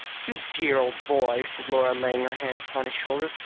you dear old boy! said laura, laying her hand upon his shoulder,